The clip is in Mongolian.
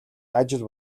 ажил